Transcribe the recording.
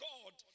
God